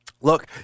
Look